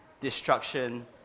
destruction